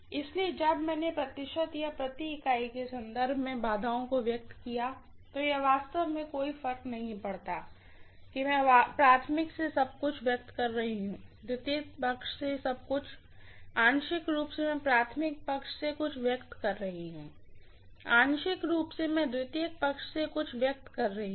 इसलिए जब मैंने प्रतिशत या पर यूनिट के संदर्भ में बाधाओं को व्यक्त किया तो यह वास्तव में कोई फर्क नहीं पड़ता कि मैं प्राइमरीसाइड से सब कुछ व्यक्त कर रही हूँ सेकेंडरी साइड से भी सब कुछ आंशिक रूप से मैं प्राइमरीसाइड से कुछ व्यक्त कर रही हूँ आंशिक रूप से मैं सेकेंडरी साइड से कुछ व्यक्त कर रही हूँ